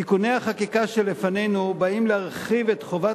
תיקוני החקיקה שלפנינו באים להרחיב את חובת